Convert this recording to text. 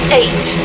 eight